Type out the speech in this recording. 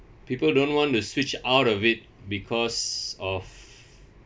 people don't want to switch out of it because of